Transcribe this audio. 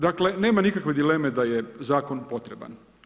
Dakle nema nikakve dileme da je zakon potreban.